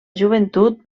joventut